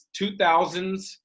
2000s